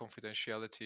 confidentiality